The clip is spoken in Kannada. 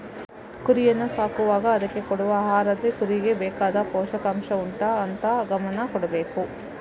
ಕುರಿಯನ್ನ ಸಾಕುವಾಗ ಅದ್ಕೆ ಕೊಡುವ ಆಹಾರದಲ್ಲಿ ಕುರಿಗೆ ಬೇಕಾದ ಪೋಷಕಾಂಷ ಉಂಟಾ ಅಂತ ಗಮನ ಕೊಡ್ಬೇಕು